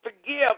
forgive